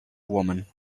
woman